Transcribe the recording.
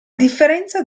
differenza